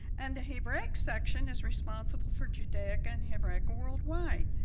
and the hebraic section is responsible for judaic and hebraic worldwide.